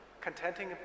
contenting